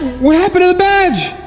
what happened to the badge?